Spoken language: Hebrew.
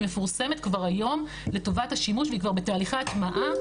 היא מפורסמת גם היום לטובת השימוש והיא כבר בתהליכי הטמעה,